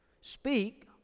speak